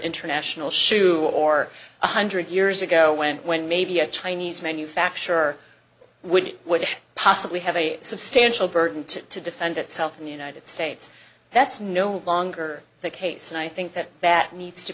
international shoe or one hundred years ago when when maybe a chinese manufacturer would it would possibly have a substantial burden to to defend itself in the united states that's no longer the case and i think that that needs to